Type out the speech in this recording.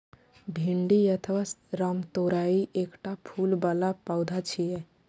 भिंडी अथवा रामतोरइ एकटा फूल बला पौधा छियै